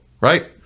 right